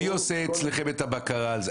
מי עושה אצלכם את הבקרה על זה?